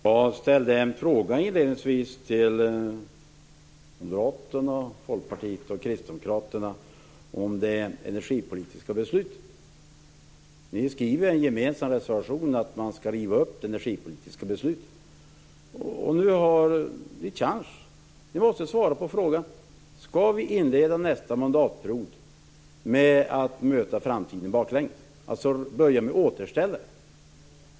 Herr talman! Inledningsvis ställde jag till Moderaterna, Folkpartiet och Kristdemokraterna en fråga om det energipolitiska beslutet. Ni talar i en gemensam reservation om att riva upp det energipolitiska beslutet. Nu har ni en chans att svara på följande fråga: Skall vi inleda nästa mandatperiod med att möta framtiden baklänges, dvs. börja med återställare?